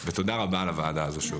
תודה רבה על הוועדה הזו.